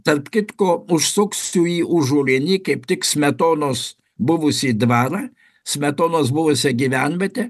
tarp kitko užsuksiu į užulėnį kaip tik smetonos buvusį dvarą smetonos buvusią gyvenvietę